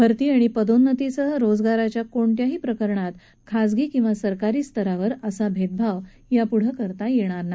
भरती आणि पदोन्नतीसह रोजगारांच्या कोणत्याही प्रकरणी सरकारी किवा खाजगी स्तरावर असा भेदभाव यापुढे करता येणार नाही